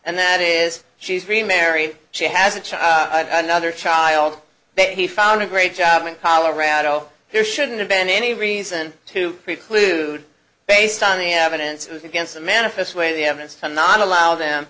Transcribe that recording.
and that is she's remarry she has a child and other child he found a great job in colorado there shouldn't have been any reason to preclude based on the evidence was against the manifest way the evidence to not allow them